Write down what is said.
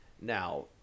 Now